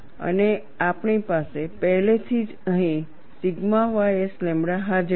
અને આપણી પાસે પહેલેથી જ અહીં સિગ્મા ys લેમ્બડા હાજર છે